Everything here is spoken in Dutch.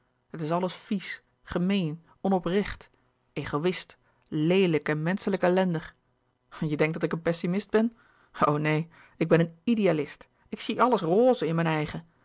het is alles vies gemeen onoprecht egoïst leelijk en menschelijk ellendig je denkt dat ik een pessimist ben o neen ik ben een idealist ik zie alles roze in mijn eigen